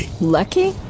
lucky